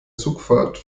zugfahrt